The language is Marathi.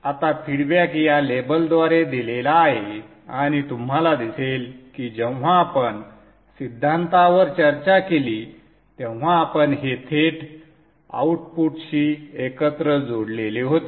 आता फीडबॅक या लेबलद्वारे दिलेला आहे आणि तुम्हाला दिसेल की जेव्हा आपण सिद्धांतावर चर्चा केली तेव्हा आपण हे थेट आउटपुटशी एकत्र जोडलेले होते